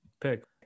pick